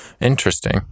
interesting